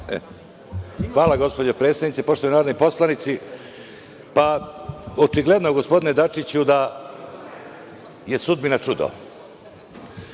Hvala, gospođo predsednice. Poštovani narodni poslanici, pa očigledno je da gospodine Dačiću da je sudbina čudo.